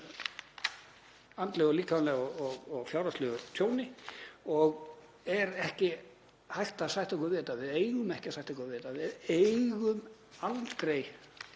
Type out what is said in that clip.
andlegu og líkamlegu og fjárhagslegu tjóni og er ekki hægt að sætta sig við þetta. Við eigum ekki að sætta okkur við þetta, við eigum aldrei